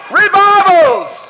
revivals